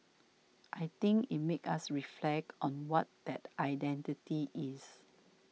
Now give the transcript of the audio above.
I think it make us reflect on what that identity is